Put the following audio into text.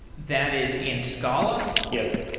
that is in scala? yes.